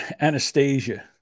anastasia